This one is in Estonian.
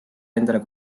endale